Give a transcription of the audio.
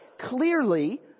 Clearly